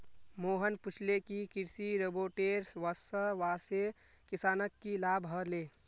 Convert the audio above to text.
मोहन पूछले कि कृषि रोबोटेर वस्वासे किसानक की लाभ ह ले